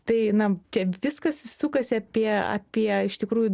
tai na čia viskas sukasi apie apie iš tikrųjų